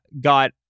got